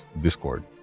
Discord